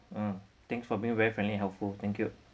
mm thanks for being very friendly helpful thank you